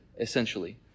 essentially